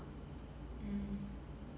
mm